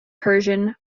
persian